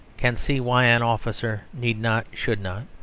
can see why an officer need not, should not,